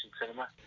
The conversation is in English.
cinema